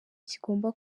kigomba